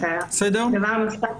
דבר נוסף.